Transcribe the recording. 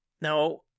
Now